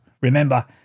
Remember